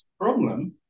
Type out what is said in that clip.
problem